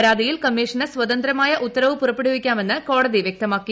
പരാതിയിൽ കമ്മീഷന് സ്വതന്ത്രമായ ഉത്തരവ് പുറപ്പെടുവിക്കാമെന്ന് കോടതി വ്യക്തമാക്കി